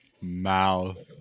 mouth